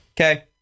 Okay